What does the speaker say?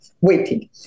waiting